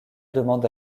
demande